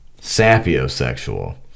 sapiosexual